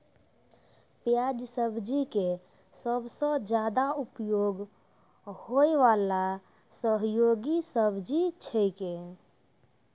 प्याज सब्जी के सबसॅ ज्यादा उपयोग होय वाला सहयोगी सब्जी छेकै